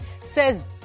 Says